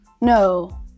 no